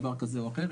דבר כזה או אחר,